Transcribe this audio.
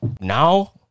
Now